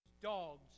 Dogs